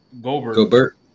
Gobert